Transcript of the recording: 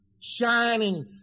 shining